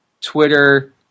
Twitter